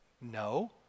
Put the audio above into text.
No